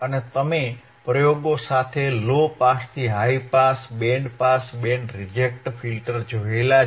અને અમે પ્રયોગો સાથે લો પાસથી high pass band pass band reject filter જોયા છે